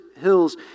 hills